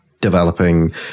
developing